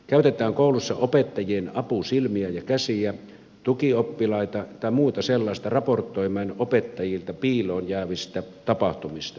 käytetään koulussa opettajien apusilmiä ja käsiä tukioppilaita tai muuta sellaista raportoimaan opettajilta piiloon jäävistä tapahtumista